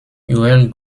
joel